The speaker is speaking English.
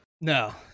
No